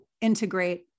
integrate